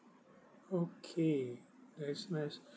okay that is nice